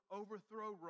overthrow